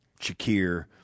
Shakir